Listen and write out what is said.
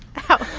how.